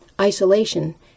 isolation